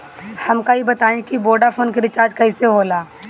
हमका ई बताई कि वोडाफोन के रिचार्ज कईसे होला?